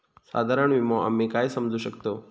साधारण विमो आम्ही काय समजू शकतव?